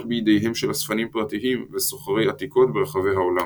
בידיהם של אספנים פרטיים וסוחרי עתיקות ברחבי העולם.